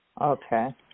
Okay